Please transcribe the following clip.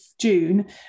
June